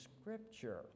scripture